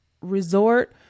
resort